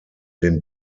den